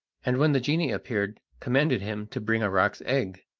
and when the genie appeared commanded him to bring a roc's egg.